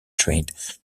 trained